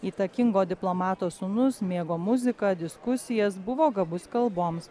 įtakingo diplomato sūnus mėgo muziką diskusijas buvo gabus kalboms